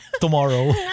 tomorrow